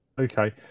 Okay